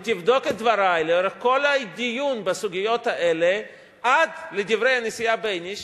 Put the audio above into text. לאורך כל הדיון בסוגיות האלה עד לדברי הנשיאה בייניש